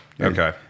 Okay